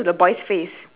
eh your your bee is